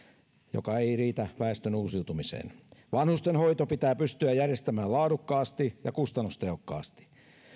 mikä ei riitä väestön uusiutumiseen vanhustenhoito pitää pystyä järjestämään laadukkaasti ja kustannustehokkaasti